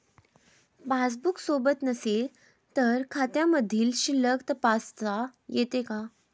Passbook सोबत नसेल तर खात्यामधील शिल्लक तपासता येते का?